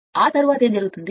ఆ తరువాత ఏమి జరుగుతుంది